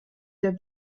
der